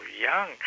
young